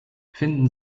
finden